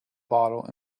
bottle